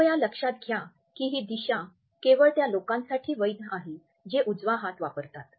कृपया लक्षात घ्या की ही दिशा केवळ त्या लोकांसाठी वैध आहे जे उजवा हात वापरतात